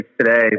today